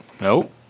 nope